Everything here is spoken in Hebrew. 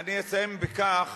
אני אסיים בכך